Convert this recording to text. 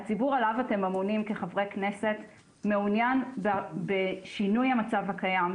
הציבור עליו אתם אמונים כחברי כנסת מעוניין בשינוי המצב הקיים,